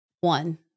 one